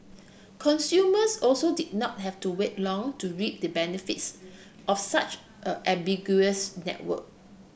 consumers also did not have to wait long to reap the benefits of such a ubiquitous network